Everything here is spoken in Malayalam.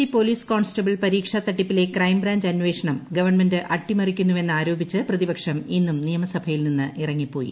സി പൊലീസ് കോൺസ്റ്റബിൾ പരീക്ഷാ തട്ടിപ്പിലെ ക്രൈംബ്രാഞ്ച് അന്വേഷണം ഗവൺമെന്റ് അട്ടിമറിക്കുന്നുവെന്ന് ആരോപിച്ച് പ്രതിപക്ഷം ഇന്നും നിയമസഭയിൽ നിന്നിറങ്ങിപ്പോയി